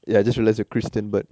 ya I just realised you're christian but